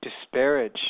disparage